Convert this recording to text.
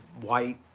white